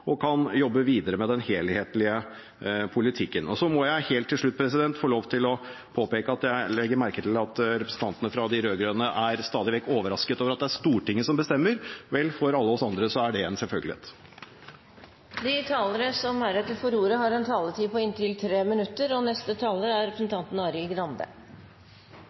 kan vi jobbe videre med den helhetlige politikken. Så må jeg helt til slutt få lov til å påpeke at jeg legger merke til at representantene fra de rød-grønne partiene stadig vekk er overrasket over at det er Stortinget som bestemmer. Vel – for alle oss andre er det en selvfølgelighet. De talere som heretter får ordet, har en taletid på inntil 3 minutter. Til representanten Løvaas kan jeg si at vi slett ikke er